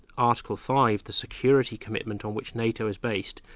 article five, the security commitment on which nato is based,